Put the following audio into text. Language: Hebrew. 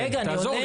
רגע, אני עונה.